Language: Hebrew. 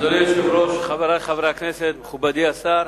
אדוני היושב-ראש, חברי חברי הכנסת, מכובדי השר,